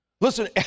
Listen